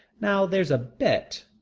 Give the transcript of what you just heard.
now there's a bit.